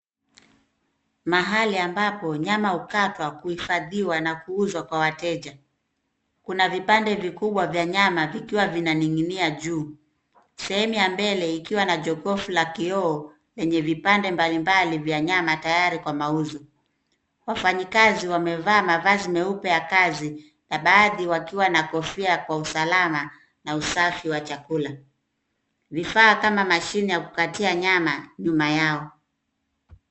Mahali ambapo nyama hukatwa, kuhifadhiwa, na kuuzwa kwa wateja. Kuna vipande vikubwa vya nyama vikiwa vinaning'inia juu. Sehemu ya mbele ikiwa na jokofu la kioo, lenye vipande mbalimbali vya nyama tayari kwa mauzo. Wafanyikazi wamevaa mavazi meupe ya kazi, na baadhi wakiwa na kofia kwa usalama na usafi wa chakula. Vifaa kama machine ya kukatia nyama, nyuma yao.